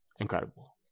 incredible